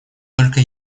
только